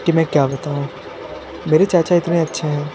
कि मैं क्या बताऊं मेरे चाचा इतने अच्छे हैं